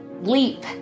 Leap